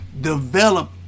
develop